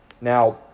Now